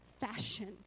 fashion